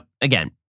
again